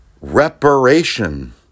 reparation